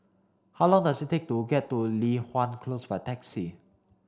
how long does it take to get to Li Hwan Close by taxi